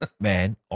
man